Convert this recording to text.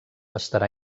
estarà